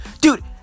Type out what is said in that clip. dude